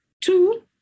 two